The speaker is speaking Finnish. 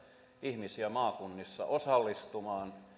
ihmisiä maakunnissa osallistumaan